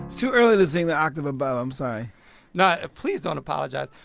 too early to sing the octave above. i'm sorry no. please don't apologize.